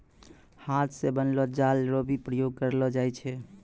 हाथ से बनलो जाल रो भी प्रयोग करलो जाय छै